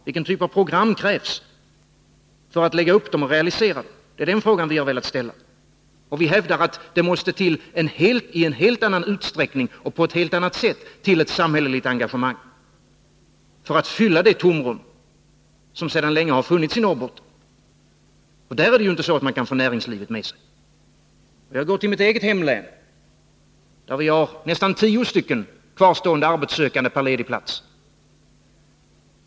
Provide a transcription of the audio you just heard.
Vilken typ av program krävs för att lägga upp och realisera det hela? Det är den fråga som vi har velat ställa. Vi hävdar att det i en helt annan utsträckning och på ett helt annat sätt måste till ett samhälleligt engagemang för att fylla det tomrum som sedan länge har funnits i Norrbotten. Där kan man ju inte få med sig näringslivet. Jag kan som exempel ta mitt eget hemlän, där det finns nästan tio kvarstående arbetssökande på varje ledig plats.